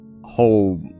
whole